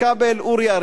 אורי אריאל,